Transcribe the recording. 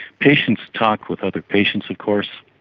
patients talk with other patients of course,